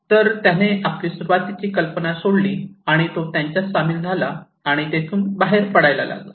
तर त्याने आपली सुरुवातीची कल्पना सोडली आणि तो त्यांच्यात सामील झाला आणि तेथून बाहेर पडायला लागला